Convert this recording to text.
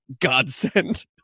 godsend